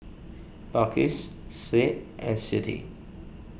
Balqis Said and Siti